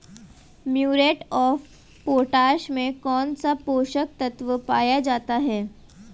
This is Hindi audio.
म्यूरेट ऑफ पोटाश में कौन सा पोषक तत्व पाया जाता है?